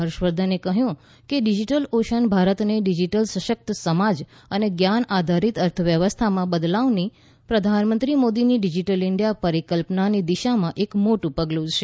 હર્ષવર્ધને કહ્યું કે ડીજીટલ ઓશન ભારતને ડીજીટલ સશક્ત સમાજ અને જ્ઞાન આધારિત અર્થવ્યવસ્થામાં બદલવાની પ્રધાનમંત્રી મોદીની ડીજીટલ ઇન્ડિયા પરિકલ્પનાની દિશામાં એક મોટું પગલું છે